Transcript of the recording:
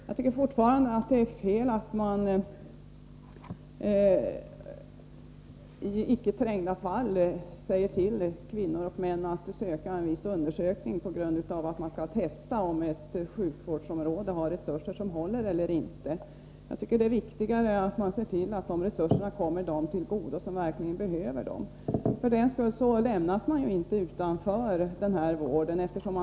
Jag tycker fortfarande att det är fel att man i icke trängda fall säger till kvinnor och män att de skall söka en viss undersökning, för att man vill testa om ett sjukvårdsområde har resurser som håller eller inte. Det är viktigare att se till att de resurserna kommer dem till godo som verkligen behöver dem. För den skull lämnas man inte utanför denna vård.